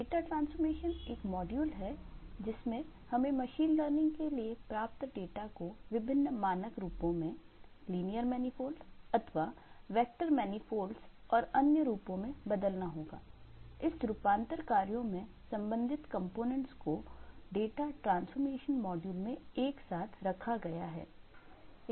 data transformation एक module है जिसमें हमें मशीन लर्निंग के लिए प्राप्त डाटा को विभिन्न मानक रूपों में लीनियर मैनीफोल्ड को डेटा ट्रांसफ़ॉर्मेशन मॉड्यूल में एक साथ रखा गया है